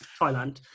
Thailand